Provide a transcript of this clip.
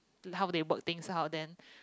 how they work things how them